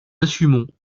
assumons